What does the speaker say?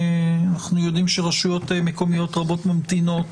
אנחנו יודעים שרשויות מקומיות רבות ממתינות